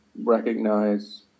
recognize